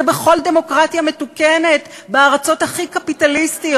זה בכל דמוקרטיה מתוקנת, בארצות הכי קפיטליסטיות.